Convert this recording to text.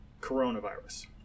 coronavirus